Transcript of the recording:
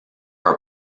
are